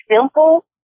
simple